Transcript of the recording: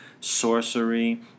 sorcery